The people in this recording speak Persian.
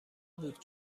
بود